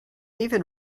even